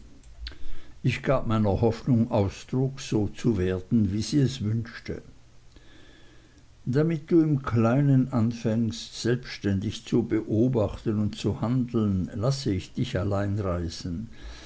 ich gab meiner hoffnung ausdruck so zu werden wie sie es wünschte damit du im kleinen anfängst selbständig zu beobachten und zu handeln lasse ich dich allein reisen